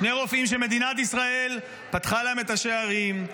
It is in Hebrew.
שני רופאים שמדינת ישראל פתחה להם את השערים,